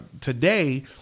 today